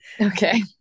Okay